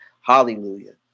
hallelujah